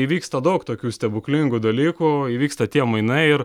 įvyksta daug tokių stebuklingų dalykų įvyksta tie mainai ir